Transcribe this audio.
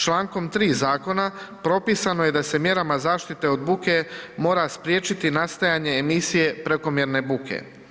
Čl. 3 Zakona, propisano je da se mjerama zaštite od buke mora spriječiti nastajanje emisije prekomjerne buke.